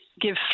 give